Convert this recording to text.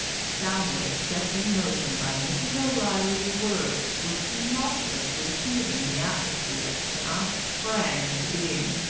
the sound waves set in motion by mrs. o'reilly's words were tumultuously heaving in the atmosphere when i sprang into being,